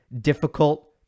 difficult